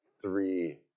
three